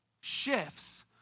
shifts